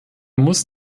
muss